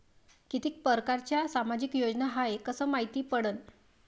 कितीक परकारच्या सामाजिक योजना हाय कस मायती पडन?